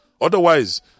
Otherwise